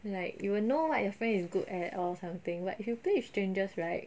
like you will know what your friend is good at or something like if you play with strangers right